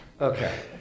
Okay